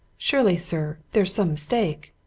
surely, sir, there's some mistake!